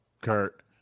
Kurt